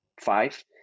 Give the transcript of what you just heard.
five